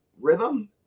rhythm